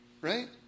Right